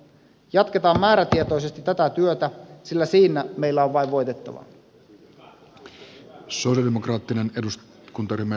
jatketaan määrätietoisesti tätä työtä sillä siinä meillä on vain voitettavaa